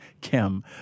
Kim